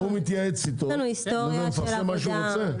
ההוא מתייעץ איתו, הוא מפרסם מה שהוא רוצה.